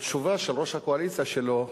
התשובה של ראש הקואליציה שלו,